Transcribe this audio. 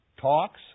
talks